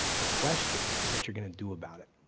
the question is what you're gonna do about it.